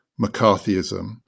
McCarthyism